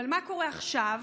אבל מה קורה עכשיו?